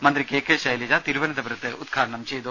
മന്ത്രി കെ കെ ശൈലജ തിരുവനന്തപുരത്ത് ഉദ്ഘാടനം ചെയ്തു